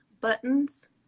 buttons